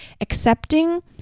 accepting